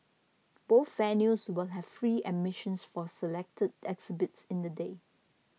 both venues will have free admissions for selected exhibits in the day